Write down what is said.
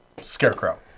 Scarecrow